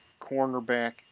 cornerback